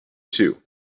too